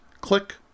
Click